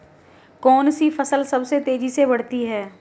कौनसी फसल सबसे तेज़ी से बढ़ती है?